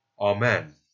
Amen